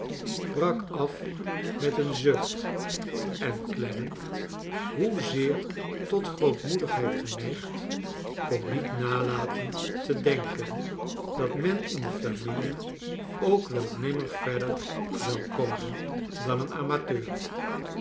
brak af met een zucht en clennam hoezeer tot grootmoedigheid geneigd kon niet nalaten te denken dat men in de familie ook wel nimmer verder zou kotnen dan een amateur